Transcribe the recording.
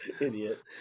Idiot